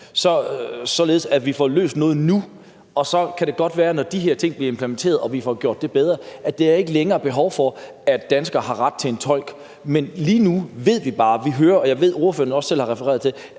således at vi får løst noget nu, og så kan det godt være, når de her ting bliver implementeret, og vi får gjort det bedre, at der ikke længere er behov for, at danskere har ret til en tolk, men lige nu hører vi bare – og jeg ved, at ordføreren også selv har refereret til